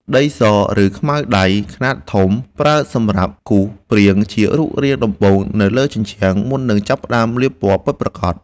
ដីស ឬខ្មៅដៃខ្នាតធំ ប្រើសម្រាប់គូសព្រាងជារូបរាងដំបូងនៅលើជញ្ជាំង មុននឹងចាប់ផ្ដើមលាបពណ៌ពិតប្រាកដ។